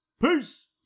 Peace